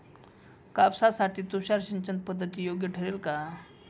कापसासाठी तुषार सिंचनपद्धती योग्य ठरेल का?